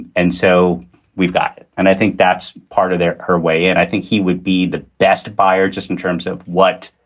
and so we've got it. and i think that's part of her way. and i think he would be the best buyer. just in terms of what?